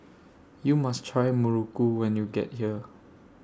YOU must Try Muruku when YOU get here